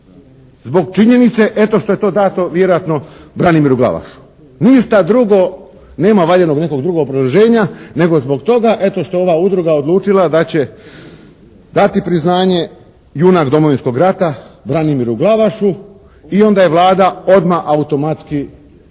Zbog činjenice eto što je to dato vjerojatno Branimiru Glavašu. Ništa drugo nema valjanog nekog drugog obrazloženja nego zbog toga eto što je ova udruga odlučila da će dati priznanje "junak Domovinskog rata" Branimiru Glavašu i onda je Vlada odmah automatski